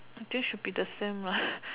I think should be the same